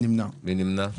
מי נמנע?